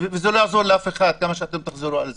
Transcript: זה לא יעזור לאף אחד, כמה שאתם תחזרו על זה.